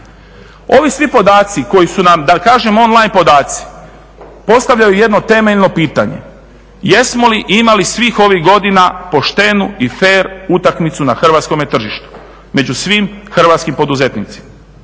Ovi svi podaci koji su nam da kažem on line podaci postavljaju jedno temeljno pitanje jesmo li imali svih ovih godina poštenu i fer utakmicu na hrvatskome tržištu među svim hrvatski poduzetnici.